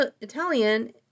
Italian